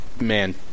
man